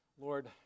Lord